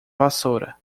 vassoura